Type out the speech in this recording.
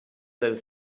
del